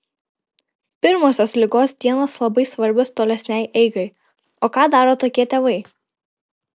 pirmosios ligos dienos labai svarbios tolesnei eigai o ką daro tokie tėvai